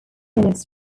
units